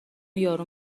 یارو